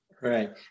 Right